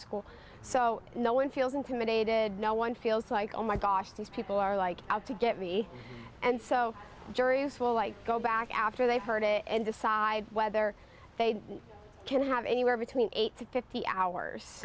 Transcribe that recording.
school so no one feels intimidated no one feels like oh my gosh these people are like out to get me and so i go back after they've heard it and decide whether they can have anywhere between eight to fifty hours